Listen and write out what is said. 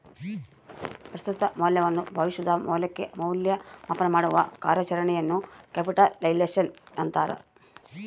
ಪ್ರಸ್ತುತ ಮೌಲ್ಯವನ್ನು ಭವಿಷ್ಯದ ಮೌಲ್ಯಕ್ಕೆ ಮೌಲ್ಯ ಮಾಪನಮಾಡುವ ಕಾರ್ಯಾಚರಣೆಯನ್ನು ಕ್ಯಾಪಿಟಲೈಸೇಶನ್ ಅಂತಾರ